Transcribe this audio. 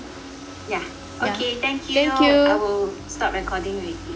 yeah okay thank you I will stop recording already